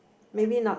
maybe not